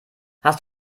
hast